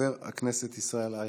חבר הכנסת ישראל אייכלר,